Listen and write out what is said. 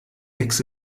hexe